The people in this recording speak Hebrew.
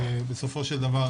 בסופו של דבר,